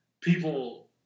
people